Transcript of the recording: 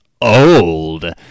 old